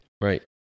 right